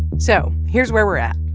so here's where we're at.